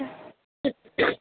ٹھیک ہے